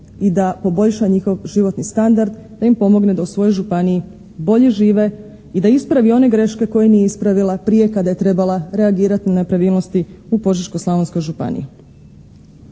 i da poboljša njihov životni standard, da im pomogne da u svojoj županiji bolje žive i da ispravi one greške koje nije ispravila prije kada je trebala reagirati na nepravilnosti u Požeško-slavonskoj županiji.